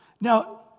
Now